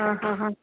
ହଁ ହଁ ହଁ